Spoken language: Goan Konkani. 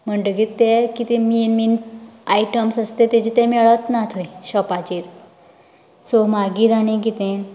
म्हणटगीर तें कितें मेन मेन आयटम्स आसात तें तेजें तें मेळत ना थंय शाॅपाचेर सो मागीर आनी कितें